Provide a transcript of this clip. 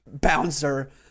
bouncer